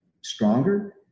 stronger